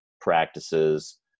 practices